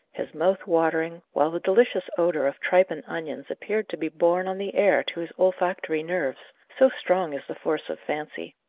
his mouth watering, while the delicious odour of tripe and onions appeared to be borne on the air to his olfactory nerves so strong is the force of fancy.